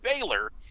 Baylor